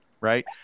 right